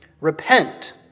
Repent